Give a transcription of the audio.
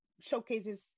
showcases